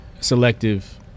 Selective